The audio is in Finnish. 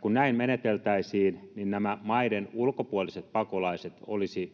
kun näin meneteltäisiin, niin nämä maiden ulkopuoliset pakolaiset olisivat